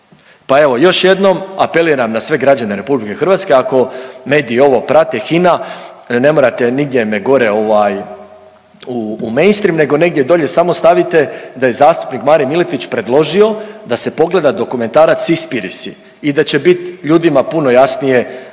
Pa evo još jednom apeliram na sve građane RH ako negdje ovo prate HINA, ne morate nigdje me gore ovaj u mainstream nego negdje dolje samo stavite da je zastupnik Marin Miletić predložio da se pogleda dokumentarac „Sispirisi“ i da će bit ljudima puno jasnije o